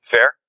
Fair